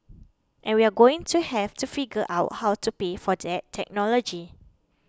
and we're going to have to figure out how to pay for that technology